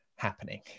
Happening